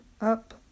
up